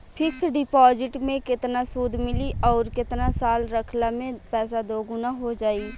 Fix deposit मे केतना सूद मिली आउर केतना साल रखला मे पैसा दोगुना हो जायी?